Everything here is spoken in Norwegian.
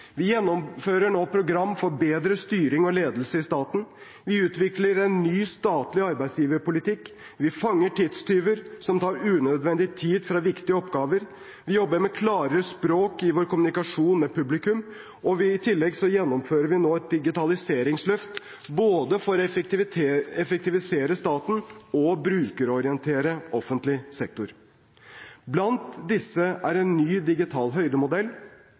Vi gjennomfører nå et program for bedre styring og ledelse i staten, vi utvikler en ny statlig arbeidsgiverpolitikk, vi fanger tidstyver som tar unødvendig tid fra viktige oppgaver, vi jobber med et klarere språk i vår kommunikasjon med publikum. I tillegg gjennomfører vi nå et digitaliseringsløft – både for å effektivisere staten og brukerorientere offentlig sektor. Blant disse er en ny digital høydemodell,